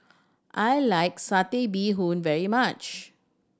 I like Satay Bee Hoon very much